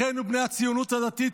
אחינו בני הציונות הדתית,